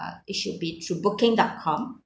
uh it should be through booking dot com